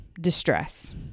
distress